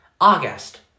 August